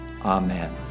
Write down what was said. amen